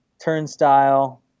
turnstile